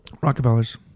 Rockefellers